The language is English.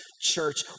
church